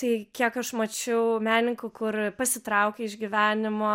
tai kiek aš mačiau menininkų kur pasitraukė iš gyvenimo